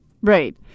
right